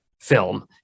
film